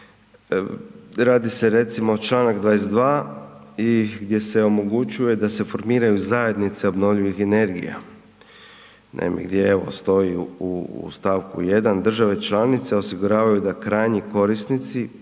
Radi se recimo članak 22. gdje se omogućuje da se formiraju zajednice obnovljivih energija. Naime, stoji u stavku 1. „Države članice osiguravaju da krajnji korisnici,